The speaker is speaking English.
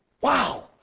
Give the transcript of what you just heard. Wow